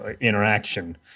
interaction